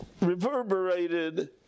reverberated